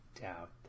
doubt